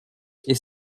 est